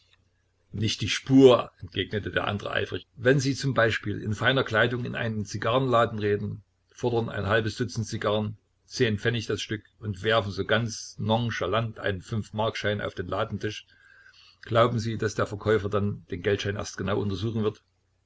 nicht die spur entgegnete der andere eifrig wenn sie z b in feiner kleidung in einen zigarrenladen treten fordern ein halbes dutzend zigarren pf das stück und werfen so ganz nonchalant einen fünfmarkschein auf den ladentisch glauben sie daß der verkäufer dann den geldschein erst genau untersuchen wird